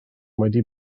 wedi